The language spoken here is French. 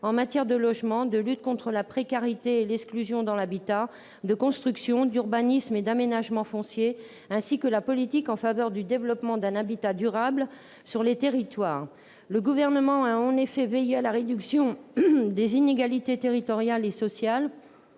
en matière de logement, de lutte contre la précarité et l'exclusion dans l'habitat, de construction, d'urbanisme et d'aménagement foncier, ainsi que la politique en faveur du développement d'un habitat durable sur les territoires. Le Gouvernement a en effet veillé à la réduction des inégalités territoriales et sociales